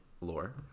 lore